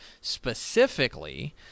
specifically